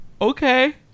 Okay